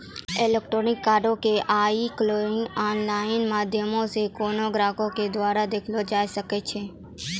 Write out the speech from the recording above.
electronic कार्डो के आइ काल्हि आनलाइन माध्यमो से कोनो ग्राहको के द्वारा देखलो जाय सकै छै